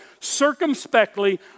circumspectly